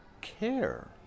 care